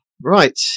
right